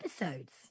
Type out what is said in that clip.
episodes